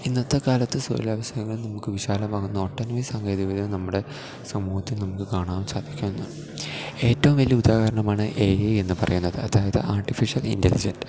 ഇന്നത്തെക്കാലത്ത് തൊഴിലവസരങ്ങൾ നമുക്ക് വിശാലമാകുന്ന ഒട്ടനവധി സാങ്കേതിക വിദ്യ നമ്മുടെ സമൂഹത്തിൽ നമുക്ക് കാണാൻ സാധിക്കുന്നു ഏറ്റവും വലിയ ഉദാഹരണമാണ് എ ഐ എന്നു പറയുന്നത് അതായത് ആർട്ടിഫിഷ്യൽ ഇൻ്റലിജൻ്റ്